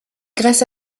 grâce